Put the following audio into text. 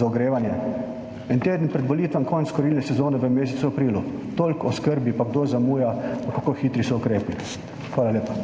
za ogrevanje? En teden pred volitvami, konec kurilne sezone, v mesecu aprilu. Toliko o skrbi in kdo zamuja in kako hitri so ukrepi. Hvala lepa.